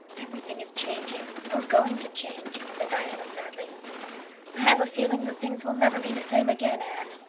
everything is changing or going to change, said diana sadly. i have a feeling that things will never be the same again, anne.